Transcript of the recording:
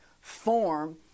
form